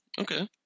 Okay